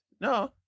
No